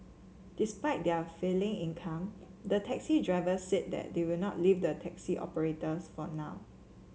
despite their falling income the taxi drivers said they would not leave the taxi operators for now